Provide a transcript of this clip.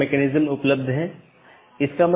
क्योंकि यह एक बड़ा नेटवर्क है और कई AS हैं